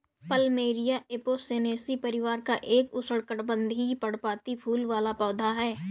plumeria apocynaceae परिवार का एक उष्णकटिबंधीय, पर्णपाती फूल वाला पौधा है